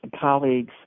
colleagues